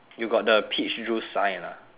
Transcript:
you got the peach juice sign ah